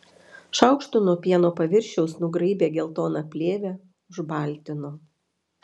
šaukštu nuo pieno paviršiaus nugraibė geltoną plėvę užbaltino